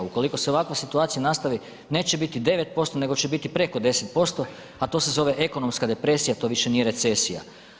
Ukoliko se ovakva situacija nastavi neće biti 9% nego će biti preko 10%, a to se zove ekonomska depresija to više nije recesija.